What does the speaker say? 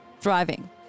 Thriving